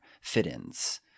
fit-ins